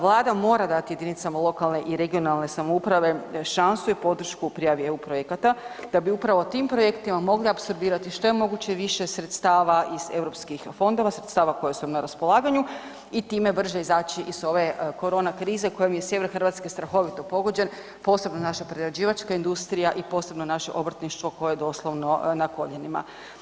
Vlada mora dat jedinicama lokalne i regionalne samouprave šansu i podršku u prijavi EU projekata da bi upravo tim projektima mogli apsorbirati što je moguće više sredstava iz Europskih fondova, sredstava koja su nam na raspolaganju i time brže izaći iz ove korona krize kojom je sjever Hrvatske strahovito pogođen, posebno naša prerađivačka industrija i posebno naše obrtništvo koje je doslovno na koljenima.